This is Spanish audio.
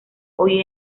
hoy